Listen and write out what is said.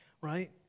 right